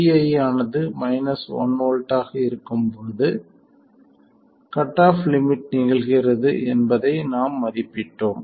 vi ஆனது 1 V ஆக இருக்கும் போது கட் ஆஃப் லிமிட் நிகழ்கிறது என்பதை நாம் மதிப்பிட்டோம்